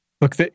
look